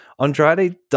Andrade